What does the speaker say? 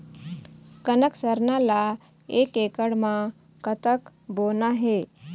कनक सरना ला एक एकड़ म कतक बोना हे?